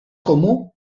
comú